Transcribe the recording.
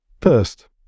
First